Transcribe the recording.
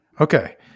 Okay